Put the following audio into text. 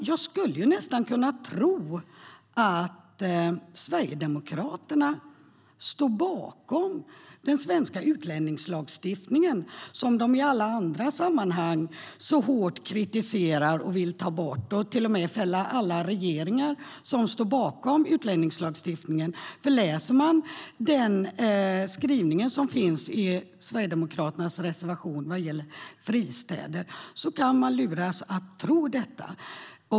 Jag skulle nästan kunna tro att Sverigedemokraterna står bakom den svenska utlänningslagstiftningen, som de i alla andra sammanhang så hårt kritiserar och vill ta bort och till och med fälla alla regeringar som står bakom utlänningslagstiftningen. Läser man den skrivning som finns i Sverigedemokraternas reservation vad gäller fristäder kan man luras att tro detta.